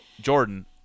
Jordan